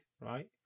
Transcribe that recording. right